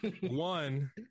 One